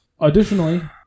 Additionally